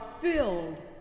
filled